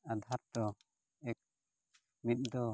ᱟᱫᱷᱟᱨ ᱫᱚ ᱮᱠ ᱢᱤᱫ ᱫᱚ